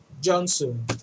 johnson